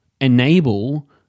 enable